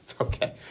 Okay